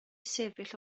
sefyll